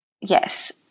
Yes